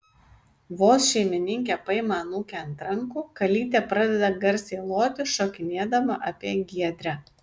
vos šeimininkė paima anūkę ant rankų kalytė pradeda garsiai loti šokinėdama apie giedrę